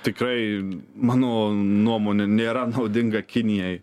tikrai mano nuomone nėra naudinga kinijai